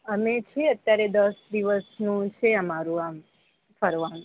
અમે છીએ અત્યારે દસ દિવસનું છે અમારું આમ ફરવાનું